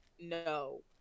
no